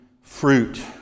fruit